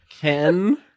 Ken